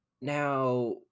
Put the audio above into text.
Now